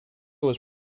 was